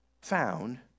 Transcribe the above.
found